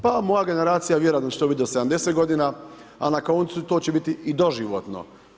Pa moja generacija vjerojatno će to biti do 70 godina, a na koncu to će biti i doživotno.